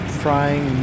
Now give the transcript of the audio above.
frying